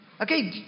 Okay